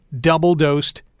double-dosed